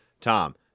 Tom